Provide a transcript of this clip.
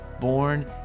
born